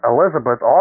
Elizabeth